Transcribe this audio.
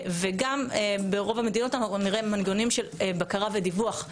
וגם ברוב המדינות אנחנו נראה מנגנונים של בקרה ודיווח.